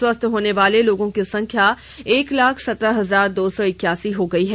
स्वस्थ होने वाले लोगों की संख्या एक लाख सत्रह हजार दो सौ इक्यासी हो गई है